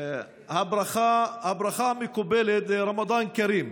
הברכה המקובלת היא "רמדאן כרים",